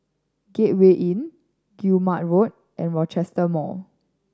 Gateway Inn Guillemard Road and Rochester Mall